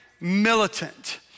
militant